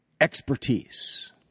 expertise